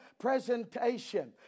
presentation